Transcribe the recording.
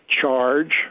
charge